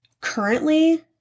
currently